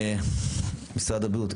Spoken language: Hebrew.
משרד הבריאות,